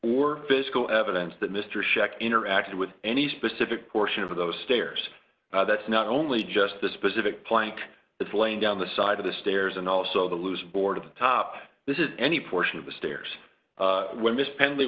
or physical evidence that mr shek interacted with any specific portion of those stairs that's not only just the specific plank it's laying down the side of the stairs and also the loose board at the top this is any portion of the stairs